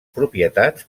propietats